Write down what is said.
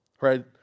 Right